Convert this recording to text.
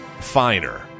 finer